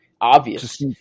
obvious